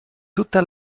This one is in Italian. tutta